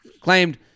Claimed